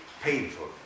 painful